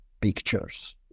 pictures